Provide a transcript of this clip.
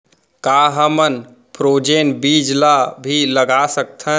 का हमन फ्रोजेन बीज ला भी लगा सकथन?